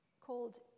called